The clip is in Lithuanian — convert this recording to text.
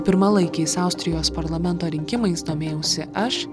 pirmalaikiais austrijos parlamento rinkimais domėjausi aš